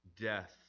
death